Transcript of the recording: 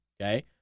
Okay